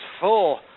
four